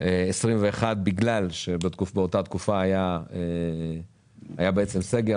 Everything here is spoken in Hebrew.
2021 בגלל שבאותה תקופה היה סגר.